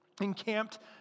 Encamped